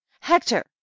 hector